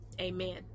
amen